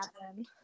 happen